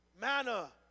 manna